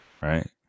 Right